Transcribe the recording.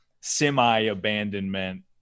semi-abandonment